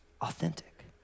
authentic